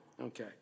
Okay